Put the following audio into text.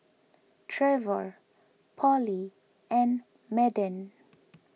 Trevor Polly and Madden